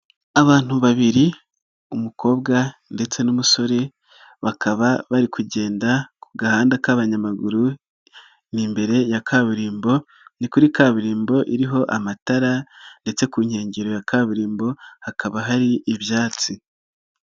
Abantu babiri umukobwa ndetse n'umusore, bakaba bari kugenda ku gahanda k'abanyamaguru, ni imbere ya kaburimbo ni kuri kaburimbo iriho amatara ndetse ku nkengero ya kaburimbo hakaba hari ibyatsi.